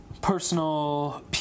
personal